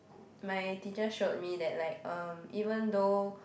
my teacher showed me that like um even though